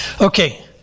Okay